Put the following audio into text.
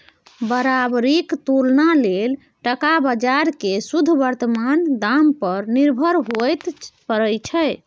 बराबरीक तुलना लेल टका बजार केँ शुद्ध बर्तमान दाम पर निर्भर हुअए परै छै